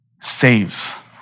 saves